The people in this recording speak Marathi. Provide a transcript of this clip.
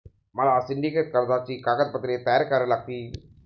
मला सिंडिकेट कर्जाची कागदपत्रे तयार करावी लागतील